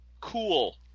cool